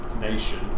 nation